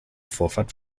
vorfahrt